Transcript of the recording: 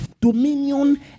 dominion